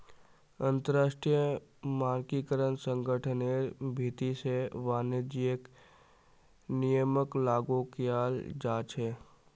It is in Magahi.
अंतरराष्ट्रीय मानकीकरण संगठनेर भीति से वाणिज्यिक नियमक लागू कियाल जा छे